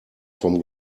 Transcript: vom